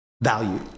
value